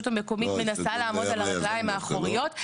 המקומית מנסה לעמוד על הרגליים האחוריות.